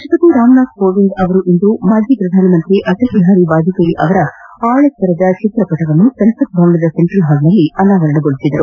ರಾಷ್ಟಪತಿ ರಾಮ್ನಾಥ್ ಕೋವಿಂದ್ ಅವರಿಂದು ಮಾಜಿ ಶ್ರಧಾನಮಂತ್ರಿ ಅಟಲ್ ಬಿಹಾರಿ ವಾಜಪೇಯಿ ಅವರ ಆಳೆತ್ತರದ ಚಿತ್ರಪಟವನ್ನು ಸಂಸತ್ ಭವನದ ಸೆಂಟ್ರಲ್ ಹಾಲ್ನಲ್ಲಿ ಅನಾವರಣ ಮಾಡಿದರು